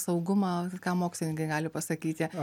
saugumą ką mokslininkai gali pasakyti